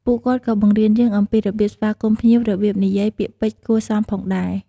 ពួកគាត់ក៏បង្រៀនយើង អំពីរបៀបស្វាគមន៍ភ្ញៀវ របៀបនិយាយ ពាក្យពេចន៍គួរសមផងដែរ។